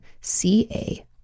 C-A-